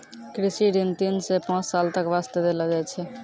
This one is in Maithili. कृषि ऋण तीन सॅ पांच साल तक वास्तॅ देलो जाय छै